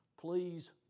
please